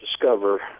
discover